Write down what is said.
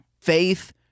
Faith